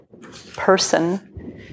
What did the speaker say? person